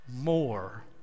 more